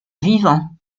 vivant